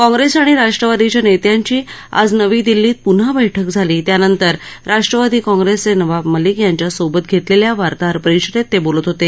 काँग्रेस आणि राष्ट्रवादीच्या नेत्यांची आज नवी दिल्लीत प्न्हा बैठक झाली त्यानंतर राष्ट्रवादी काँग्रेसचे नवाब मलिक यांच्यासोबत घेतलेल्या वार्ताहरपरिषदेत ते बोलत होते